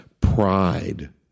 pride